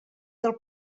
del